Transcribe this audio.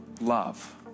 love